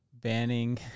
Banning